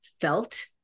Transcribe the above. felt